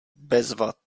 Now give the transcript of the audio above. bezva